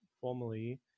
formally